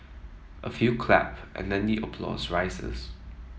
a few clap and then the applause rises